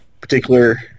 particular